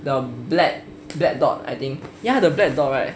the black black dot I think ya the black dot right